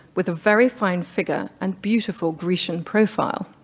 with a very fine figure, and beautiful grecian profile.